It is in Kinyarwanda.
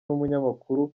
n’umunyamakuru